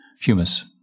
humus